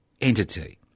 entity